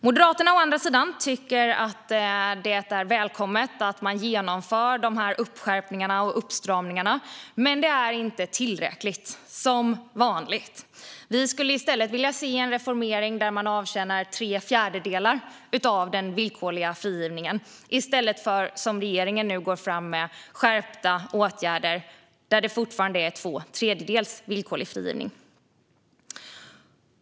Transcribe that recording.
Moderaterna å andra sidan tycker att det är välkommet att man genomför dessa skärpningar och uppstramningar, men det är som vanligt inte tillräckligt. Vi vill ha en reform som innebär att tre fjärdedelar av straffet ska avtjänas i stället för regeringens förslag på skärpta åtgärder men fortfarande villkorlig frigivning efter att två tredjedelar av straffet avtjänats.